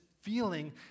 feeling